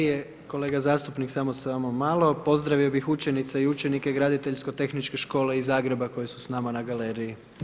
Prije kolega zastupnik, samo malo, pozdravio bi učenice i učenike Graditeljsko tehničke škole iz Zagreba, koji su s nama na galeriji.